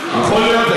נתתי למשרד שלך.